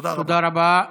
תודה רבה.